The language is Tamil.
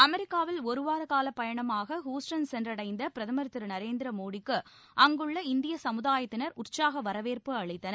அமெரிக்காவில் ஒருவார பயணமாக ஹூஸ்டன் சென்றடைந்த பிரதமர் திரு நரேந்திர மோடிக்கு அங்குள்ள இந்திய சமுதாயத்தினர் உற்சாக வரவேற்பு அளித்தனர்